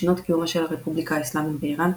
בשנות קיומה של הרפובליקה האסלאמית באיראן,